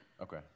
Okay